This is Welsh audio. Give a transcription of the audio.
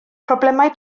problemau